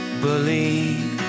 believe